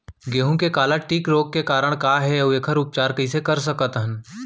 गेहूँ के काला टिक रोग के कारण का हे अऊ एखर उपचार कइसे कर सकत हन?